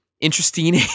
Interesting